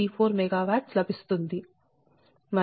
34 MW లభిస్తుంది